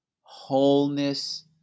Wholeness